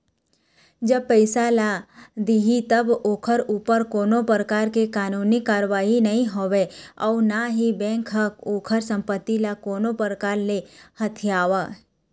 जब पइसा ल दिही तब ओखर ऊपर कोनो परकार ले कानूनी कारवाही नई होवय अउ ना ही बेंक ह ओखर संपत्ति ल कोनो परकार ले हथियावय